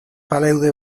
baleude